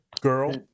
girl